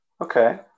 okay